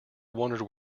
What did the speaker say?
wondered